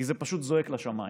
כי זה פשוט זועק לשמיים: